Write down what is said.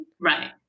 Right